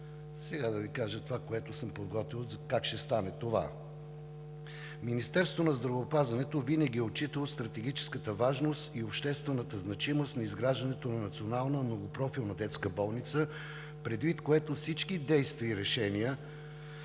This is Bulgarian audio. Сега да Ви кажа това, което съм подготвил – как ще стане това. Министерството на здравеопазването винаги е отчитало стратегическата важност и обществената значимост на изграждането на Национална многопрофилна детска болница, предвид което всички действия и решения